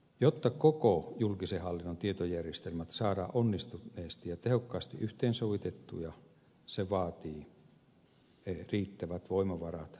jotta koko julkisen hallinnon tietojärjestelmät saadaan onnistuneesti ja tehokkaasti yhteensovitettua se vaatii riittävät voimavarat